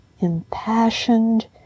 impassioned